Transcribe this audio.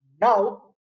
Now